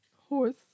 Horse